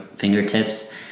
Fingertips